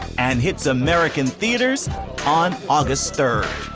and hits american theaters on august third.